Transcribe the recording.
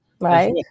Right